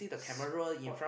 sport